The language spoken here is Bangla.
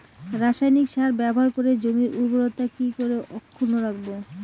রাসায়নিক সার ব্যবহার করে জমির উর্বরতা কি করে অক্ষুণ্ন রাখবো